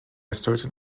certain